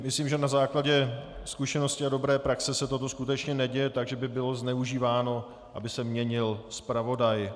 Myslím, že na základě zkušenosti a dobré praxe se toto skutečně neděje tak, že by bylo zneužíváno, aby se měnil zpravodaj.